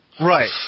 Right